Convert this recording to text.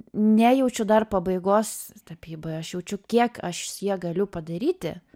nejaučiu dar pabaigos tapyboj aš jaučiu kiek aš su ja galiu padaryti